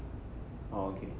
oh okay